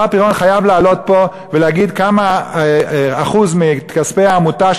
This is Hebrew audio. השר פירון חייב לעלות פה ולהגיד איזה אחוז מכספי העמותה